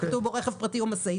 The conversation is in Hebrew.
שכתוב בו רכב פרטי או משאית,